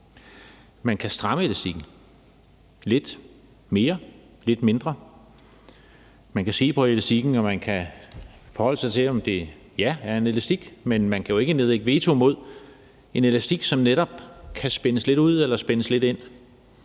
Man kan stramme elastikken lidt mere eller lidt mindre. Man kan se på statistikken, og man kan forholde sig til, at det er en elastik, men man kan jo ikke nedlægge veto mod en elastik, som netop kan spændes lidt ud eller spændes lidt ind.